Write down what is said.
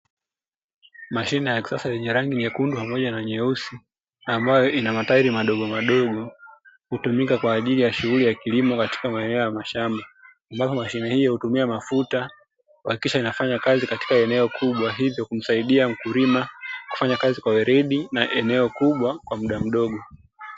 Mashine ya kisasa ya rangi nyekundu pamoja na nyeusi, ambayo ina matairi madogo madogo hutumika kwa ajili ya shughuli ya kilimo katika maeneo ya mashamba, hiyo hutumia mafuta kuhakikisha inafanya kazi katika eneo kubwa hivyo kumsaidia mkulima kufanya kazi kwa weledi na eneo kubwa kwa muda mdogo.